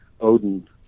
Odin